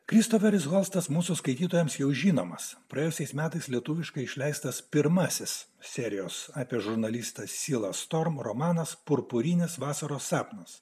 kristoferis holstas mūsų skaitytojams jau žinomas praėjusiais metais lietuviškai išleistas pirmasis serijos apie žurnalistą sila storm romanas purpurinis vasaros sapnas